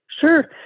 Sure